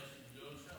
היה שוויון שם?